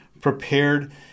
prepared